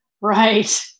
Right